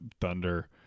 Thunder